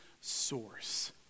source